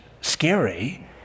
scary